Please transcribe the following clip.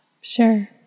Sure